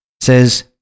says